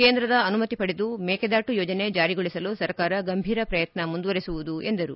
ಕೇಂದ್ರದ ಅನುಮತಿ ಪಡೆದು ಮೇಕೆದಾಟು ಯೋಜನೆ ಜಾರಿಗೊಳಿಸಲು ಸರ್ಕಾರ ಗಂಭೀರ ಪ್ರಯತ್ನ ಮುಂದುವರೆಸಲಾಗುವುದು ಎಂದರು